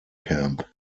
camp